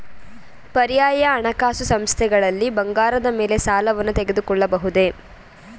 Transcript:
ಪರ್ಯಾಯ ಹಣಕಾಸು ಸಂಸ್ಥೆಗಳಲ್ಲಿ ಬಂಗಾರದ ಮೇಲೆ ಸಾಲವನ್ನು ತೆಗೆದುಕೊಳ್ಳಬಹುದೇ?